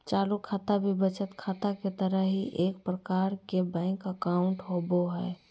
चालू खाता भी बचत खाता के तरह ही एक प्रकार के बैंक अकाउंट होबो हइ